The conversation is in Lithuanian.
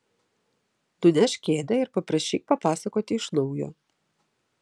nunešk kėdę ir paprašyk papasakoti iš naujo